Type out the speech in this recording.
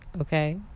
okay